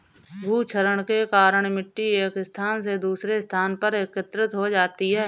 भूक्षरण के कारण मिटटी एक स्थान से दूसरे स्थान पर एकत्रित हो जाती है